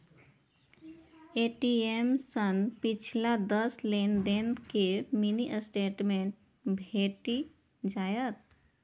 ATM सं पिछला दस लेनदेन के मिनी स्टेटमेंट भेटि जायत